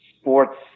sports